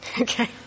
Okay